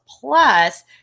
plus